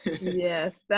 yes